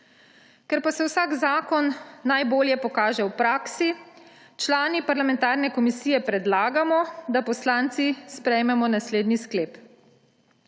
Ker pa se vsak zakon najbolje pokaže v praksi, člani parlamentarne komisije predlagamo, da poslanci sprejmemo naslednji sklep: